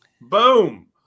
Boom